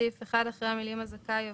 חבר הכנסת טיבי, זו